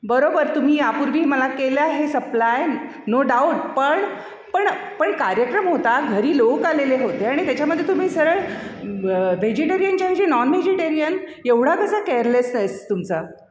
बरोबर तुम्ही यापूर्वी मला केल्या हे सप्लाय नो डाऊट पण पण पण कार्यक्रम होता घरी लोक आलेले होते आणि त्याच्यामदे तुम्ही सळ व्हेजिटेरियनच्या आहे जे नॉन वेजिटेरियन एवढा कसा केअरलेस तुमचा